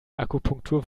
akupunktur